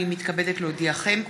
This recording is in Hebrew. הינני מתכבדת להודיעכם,